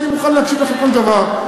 אני מוכן להקשיב לך לכל דבר.